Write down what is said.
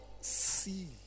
see